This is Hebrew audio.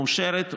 מאושרת,